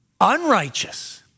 unrighteous